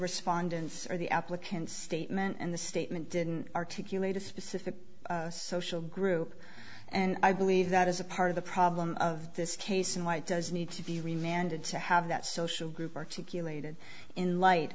respondents or the applicants statement and the statement didn't articulate a specific social group and i believe that is a part of the problem of this case and why it does need to be remanded to have that social group articulated in light